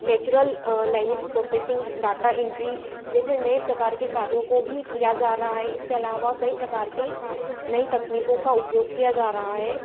natural language processing data entry जैसे नये प्रकार के कार्यों को भी किया जा रहा है इसके अलावा कई प्रकार के नई तकनीकों का उपयोग किया ज़ा रहा है